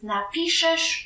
Napiszesz